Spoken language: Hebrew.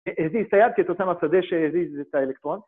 ‫הזיז את היד כתוצאה מהשדה ‫שהזיז את האלקטרון.